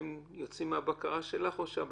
האם הם יוצאים מהבקרה שלך, או שהבקרה,